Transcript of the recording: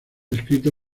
escrito